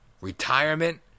retirement